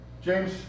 James